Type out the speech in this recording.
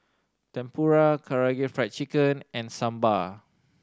Tempura Karaage Fried Chicken and Sambar